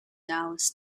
dallas